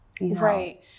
Right